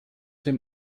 dem